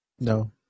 No